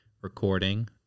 recording